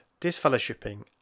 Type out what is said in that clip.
disfellowshipping